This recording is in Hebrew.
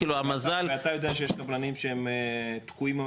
ואתה יודע שיש קבלנים שהם תקועים היום